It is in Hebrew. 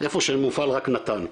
איפה שמופעל רק נט"ן,